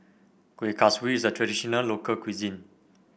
Kuih Kaswi is a traditional local cuisine